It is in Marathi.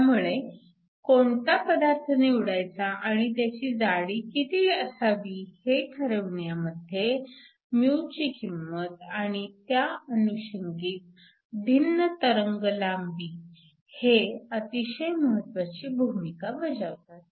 त्यामुळे कोणता पदार्थ निवडायचा आणि त्याची जाडी किती असावी हे ठरविण्यामध्ये μ ची किंमत आणि त्या अनुषंगिक भिन्न तरंगलांबी हे अतिशय महत्वाची भूमिका बजावतात